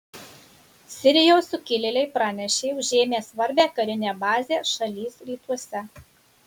sirijos sukilėliai pranešė užėmę svarbią karinę bazę šalies rytuose